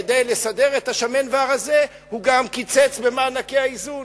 כדי לסדר את השמן והרזה הוא גם קיצץ במענקי האיזון,